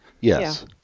Yes